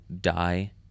die